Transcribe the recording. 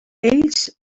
ells